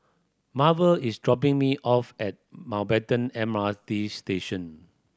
Marvel is dropping me off at Maubatten M R T Station